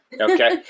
Okay